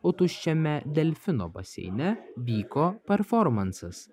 o tuščiame delfino baseine vyko performansas